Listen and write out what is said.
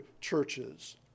churches